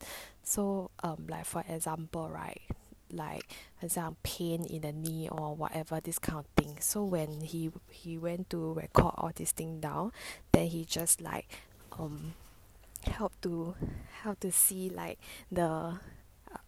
so um like for example right like 很像 pain in the knee or whatever this kind of thing so when he he went to record all this thing down then he just like um help to help to see like the